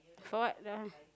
for what that one